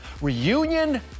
reunion